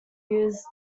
used